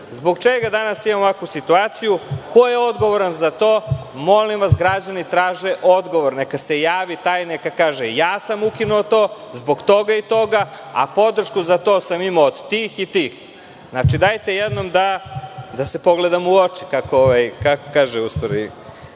čega danas imamo ovakvu situaciju? Ko je odgovoran za to? Molim vas, građani traže odgovor. Neka se javi taj, neka kaže – ja sam ukinuo to zbog toga i toga, a podršku za to sam imao od tih i tih. Znači, dajte jednom da se pogledamo u oči, kako kaže jedan